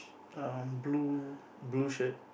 um blue blue shirt